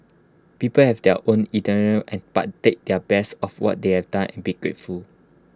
people have their own but take their best of what they have done and be grateful